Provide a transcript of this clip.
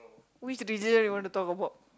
which religion you want to talk about